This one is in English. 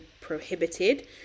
prohibited